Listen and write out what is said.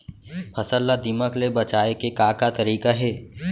फसल ला दीमक ले बचाये के का का तरीका हे?